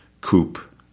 Coop